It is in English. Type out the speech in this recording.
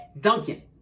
Duncan